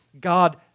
God